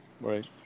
Right